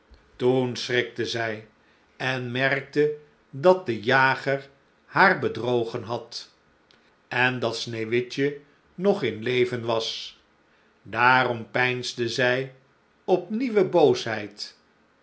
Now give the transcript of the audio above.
toen schrikte zij en merkte dat de jager haar bedrogen had en dat sneeuwwitje nog in t leven was daarom peinsde zij op nieuwe boosheid